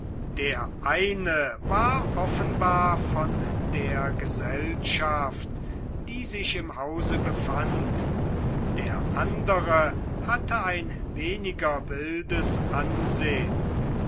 der eine war offenbar von der gesellschaft die sich im hause befand der andere hatte ein weniger wildes ansehn